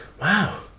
wow